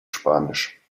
spanisch